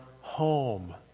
home